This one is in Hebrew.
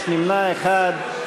נמנע אחד.